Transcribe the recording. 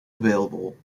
available